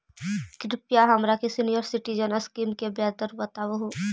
कृपा हमरा के सीनियर सिटीजन स्कीम के ब्याज दर बतावहुं